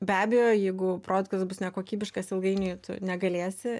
be abejo jeigu produktas bus nekokybiškas ilgainiui tu negalėsi